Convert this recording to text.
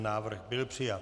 Návrh byl přijat.